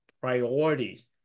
priorities